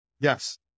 Yes